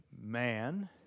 man